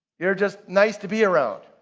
you're just nice to be around.